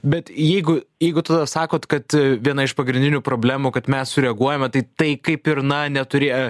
bet jeigu jeigu tada sakot kad viena iš pagrindinių problemų kad mes sureaguojame tai tai kaip ir na neturi